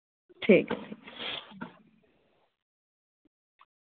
ठीक ऐ